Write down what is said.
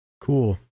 cool